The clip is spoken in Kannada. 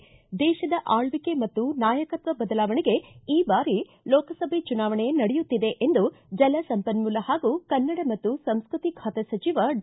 ದೇಶದ ಆಲ್ಲಕೆ ಮತ್ತು ನಾಯಕತ್ವ ಬದಲಾವಣೆಗೆ ಈ ಬಾರಿ ಲೋಕಸಭೆ ಚುನಾವಣೆ ನಡೆಯುತ್ತಿದೆ ಎಂದು ಜಲಸಂಪನ್ಮೂಲ ಹಾಗೂ ಕನ್ನಡ ಮತ್ತು ಸಂಸ್ಕೃತಿ ಖಾತೆ ಸಚಿವ ಡಿ